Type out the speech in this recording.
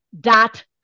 dot